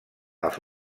els